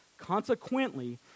Consequently